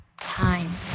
time